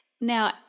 Now